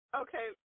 okay